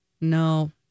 No